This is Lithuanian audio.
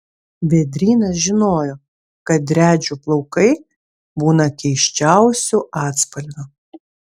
vėdrynas žinojo kad driadžių plaukai būna keisčiausių atspalvių